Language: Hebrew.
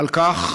על כך